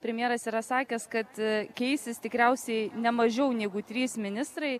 premjeras yra sakęs kad keisis tikriausiai ne mažiau negu trys ministrai